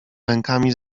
rękami